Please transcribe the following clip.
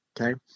Okay